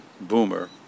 boomer